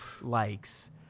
likes